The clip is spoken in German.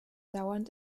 dauernd